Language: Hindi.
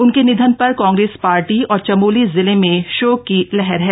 उनके निधन पर कांग्रेस पार्टी और चमोली जिले में शोक की लहर है